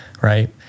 Right